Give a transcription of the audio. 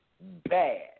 bad